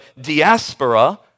diaspora